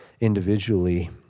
individually